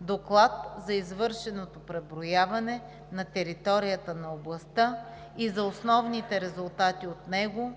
доклад за извършеното преброяване на територията на областта и за основните резултати от него,